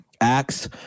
Acts